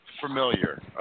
familiar